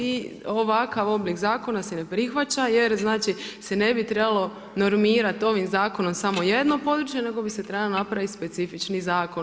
I ovakav oblik zakona se ne prihvaća, jer se ne bi trebalo normirati ovim zakonom samo jedno područje, nego bi se trebalo napraviti specifični zakon.